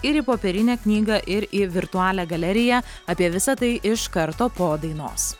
ir į popierinę knygą ir į virtualią galeriją apie visa tai iš karto po dainos